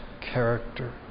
character